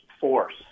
force